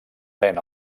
pren